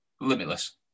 Limitless